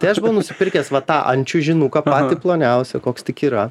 tai aš buvau nusipirkęs va tą ant čiužinuką patį ploniausią koks tik yra